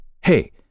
Hey